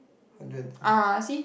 hundred and ten